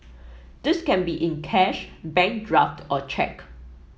this can be in cash bank draft or cheque